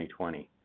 2020